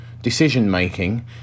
decision-making